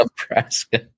Nebraska